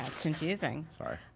it's confusing. sorry.